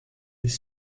des